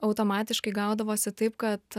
automatiškai gaudavosi taip kad